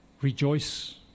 rejoice